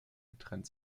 getrennt